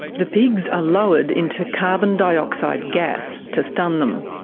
the pigs are lowered into carbon dioxide gas, to stun them.